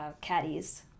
caddies